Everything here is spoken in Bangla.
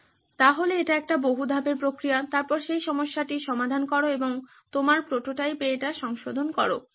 সুতরাং এটি একটি বহু ধাপের প্রক্রিয়া তারপর সেই সমস্যাটি সমাধান করো এবং তোমার প্রোটোটাইপে এটি সংশোধন করো